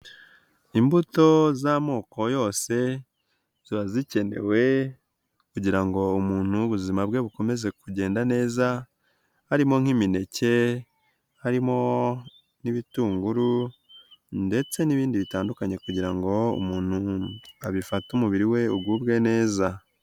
Imbuto z'amoko yose ziba zikenewe kugira ngo umuntu ubuzima bwe bukomeze kugenda neza harimo nk'imineke, harimo n'ibitunguru ndetse n'ibindi bitandukanye kugira ngo umuntu abifate umubiri we ugubwe neza.